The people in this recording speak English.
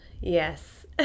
yes